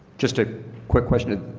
just a quick question,